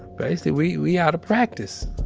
basically, we, we out of practice,